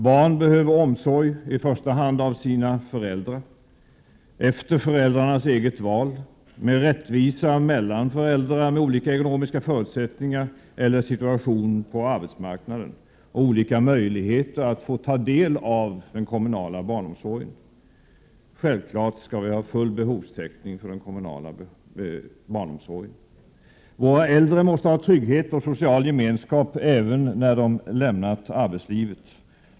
Barn behöver omsorg, i första hand av sina föräldrar, efter föräldrarnas eget val, med rättvisa mellan föräldrar med olika ekonomiska förutsättningar eller olika situationer på arbetsmarknaden samt möjligheter att få ta del av den kommunala barnomsorgen. Självfallet skall det vara full behovstäckning för den kommunala barnomsorgen. De äldre måste ha trygghet och social gemenskap även när de har lämnat arbetslivet.